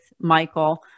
Michael